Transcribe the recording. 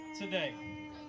today